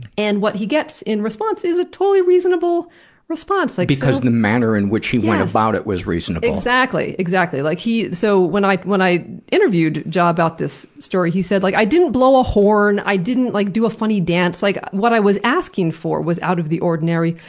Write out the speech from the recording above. and what he gets in response is a totally reasonable response. because the manner in which he went about it was reasonable. exactly, exactly. like so when i when i interviewed jia about this story, he said, like i didn't blow a horn, i didn't like do a funny dance. like what i was asking for was out of the ordinary,